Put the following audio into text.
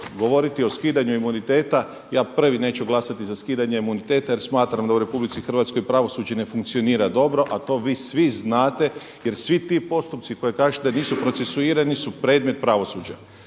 govoriti o skidanju imuniteta. Ja prvi neću glasati za skidanje imuniteta jer smatram da u RH pravosuđe ne funkcionira dobro, a to vi svi znate. Jer svi ti postupci koje kažete da nisu procesuirani su predmet pravosuđa.